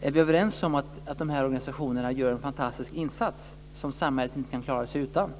Är vi överens om att dessa organisationer gör en fantastisk insats, som samhället inte kan klara sig utan?